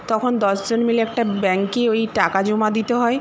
তখন দশজন মিলে একটা ব্যাঙ্কে ওই টাকা জমা দিতে হয়